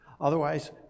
Otherwise